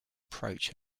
approach